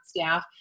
staff